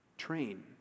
train